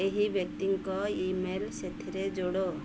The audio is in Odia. ଏହି ବ୍ୟକ୍ତିଙ୍କ ଇ ମେଲ୍ ସେଥିରେ ଯୋଡ଼